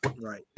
Right